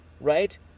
Right